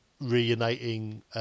reuniting